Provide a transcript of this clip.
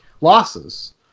losses